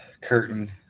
curtain